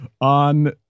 on